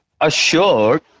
assured